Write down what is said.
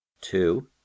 two